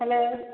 hello